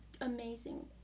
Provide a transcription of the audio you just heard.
amazing